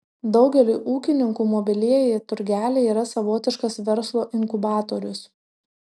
daugeliui ūkininkų mobilieji turgeliai yra savotiškas verslo inkubatorius